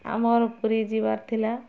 ଆମର ପୁରୀ ଯିବାର ଥିଲା